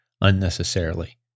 unnecessarily